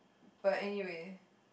but anyway